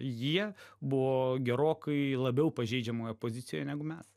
jie buvo gerokai labiau pažeidžiamoje pozicijoje negu mes